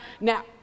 Now